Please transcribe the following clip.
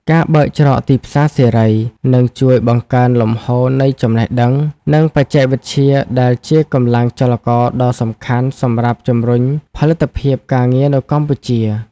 ការបើកច្រកទីផ្សារសេរី នឹងជួយបង្កើនលំហូរនៃចំណេះដឹង និងបច្ចេកវិទ្យាដែលជាកម្លាំងចលករដ៏សំខាន់សម្រាប់ជម្រុញផលិតភាពការងារនៅកម្ពុជា។